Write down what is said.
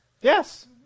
Yes